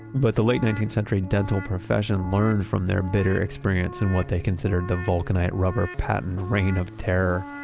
but the late nineteenth century dental profession learned from their bitter experience and what they considered the vulcanite rubber patent reign of terror.